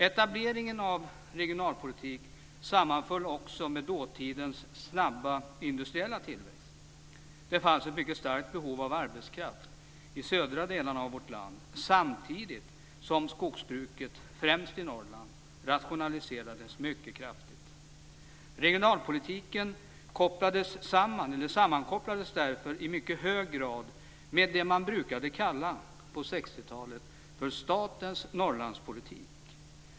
Etableringen av regionalpolitik sammanföll också med dåtidens snabba industriella tillväxt. Det fanns ett mycket starkt behov av arbetskraft i södra delarna av vårt land samtidigt som skogsbruket främst i Norrland rationaliserades mycket kraftigt. Regionalpolitiken sammankopplades därför i mycket hög grad med det man på 60-talet brukade kalla för statens Norrlandspolitik.